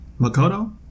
Makoto